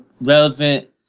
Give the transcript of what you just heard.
relevant